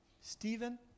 Stephen